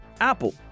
apple